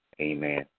Amen